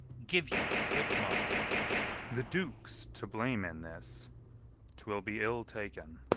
give you good morrow the duke's to blame in this twill be ill taken.